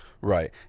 Right